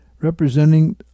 representing